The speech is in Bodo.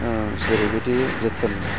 जेरैबायदि जों